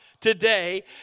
today